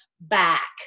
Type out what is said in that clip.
back